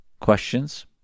questions